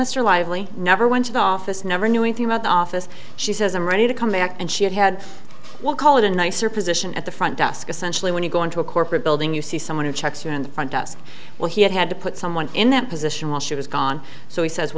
mr lively never went to the office never knew it about the office she says i'm ready to come back and she had had what call it a nicer position at the front desk essentially when you go into a corporate building you see someone who checks you in the front desk well he had to put someone in that position while she was gone so he says